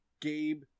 Gabe